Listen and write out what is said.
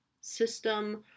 system